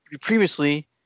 previously